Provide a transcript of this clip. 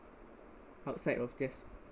outside of just